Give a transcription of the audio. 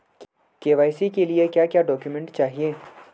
KYC के लिए क्या क्या डॉक्यूमेंट चाहिए?